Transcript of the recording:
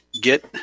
get